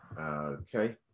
Okay